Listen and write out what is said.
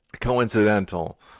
coincidental